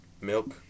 milk